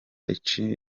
ikibanza